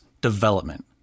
development